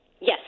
Yes